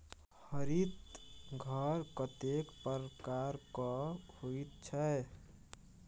हरित घर कतेक प्रकारक होइत छै?